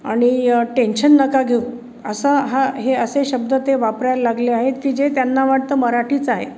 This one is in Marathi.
आणि टेन्शन नका घेऊ असा हा हे असे शब्द ते वापरायला लागले आहेत की जे त्यांना वाटतं मराठीच आहे